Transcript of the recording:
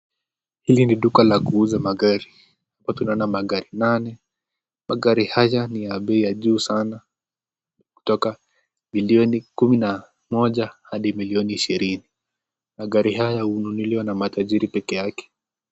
Hili ni duka la kuuza magari. Hapa tunaona magari nane. Magari haya ni ya bei ya juu sana kutoka milioni kumi na moja hadi milioni ishirini. Magari haya hununuliwa na matajiri peke yake.